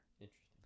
interesting